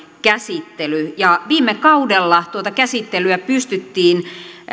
käsittely ja viime kaudella tuota käsittelyä pystyttiin